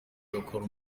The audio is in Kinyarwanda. agakora